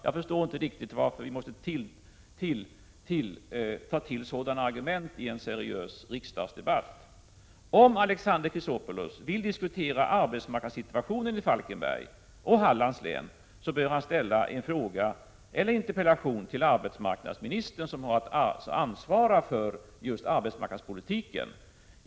Jag förstår inte riktigt varför man måste ta till sådana argument i en seriös riksdagsdebatt. Om Alexander Chrisopoulos vill diskutera arbetsmarknadssituationen i Falkenberg och Hallands län, bör han ställa en fråga eller interpellation till arbetsmarknadsministern, som ansvarar för arbetsmarknadspolitiken.